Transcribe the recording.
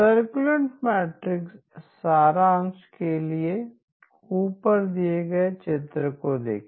circulant matrix सारांश के लिए ऊपर दिए गए चित्र को देखें